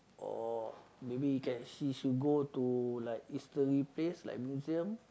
or maybe he can she should go to like history place like museum